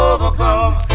overcome